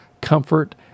comfort